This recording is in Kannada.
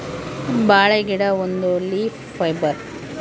ಬಾಳೆ ಗಿಡ ಒಂದು ಲೀಫ್ ಫೈಬರ್